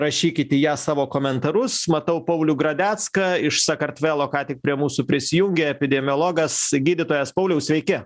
rašykit į ją savo komentarus matau paulių gradecką iš sakartvelo ką tik prie mūsų prisijungė epidemiologas gydytojas pauliau sveiki